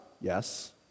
Yes